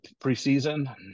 preseason